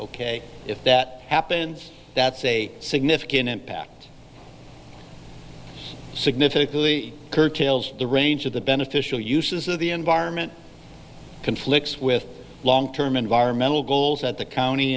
ok if that happens that's a significant impact significantly curtails the range of the beneficial uses of the environment conflicts with long term environmental goals at the county